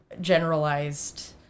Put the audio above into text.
generalized